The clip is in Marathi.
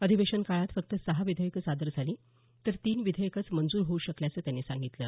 अधिवेशन काळात फक्त सहा विधेयकं सादर झाली तर तीन विधेयकंच मंजूर होऊ शकल्याचं त्यांनी सांगितलं